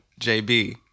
JB